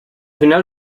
final